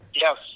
Yes